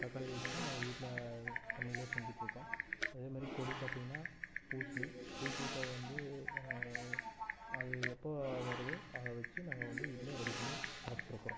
தக்காளியை வச்சுதான் நாங்கள் வீட்டில் சமையல் செஞ்சிகிட்டு இருக்கோம் இதேமாதிரி கொடி பார்த்திங்கன்னா பூசணி பூசணிக்காயை வந்து அது எப்போ வருதோ அதை வச்சு நாங்கள் வந்து வீட்டில் ரெடி பண்ணி சாப்பிட்டுருக்குறோம்